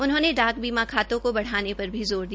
उन्होंने डाक बीमा खातों को बढ़ाने पर भी जोर दिया